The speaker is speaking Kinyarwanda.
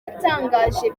yatangaje